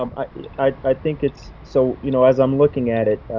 um i, i think it's so you know, as i'm looking at it.